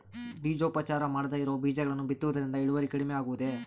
ಬೇಜೋಪಚಾರ ಮಾಡದೇ ಇರೋ ಬೇಜಗಳನ್ನು ಬಿತ್ತುವುದರಿಂದ ಇಳುವರಿ ಕಡಿಮೆ ಆಗುವುದೇ?